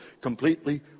completely